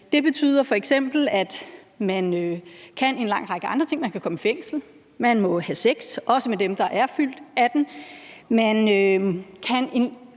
Det betyder f.eks., at man kan en lang række andre ting: Man kan komme i fængsel; man må have sex, også med dem, der er fyldt 18 år;